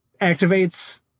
activates